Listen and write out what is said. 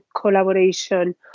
collaboration